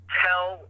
tell